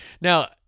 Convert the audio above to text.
Now